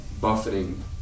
buffeting